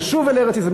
נשוב אל ארץ-ישראל,